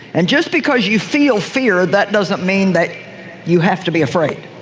and just because you feel fear that doesn't mean that you have to be afraid,